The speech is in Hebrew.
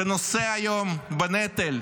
שנושא היום בנטל,